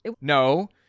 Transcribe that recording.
No